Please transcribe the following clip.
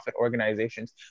organizations